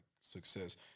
success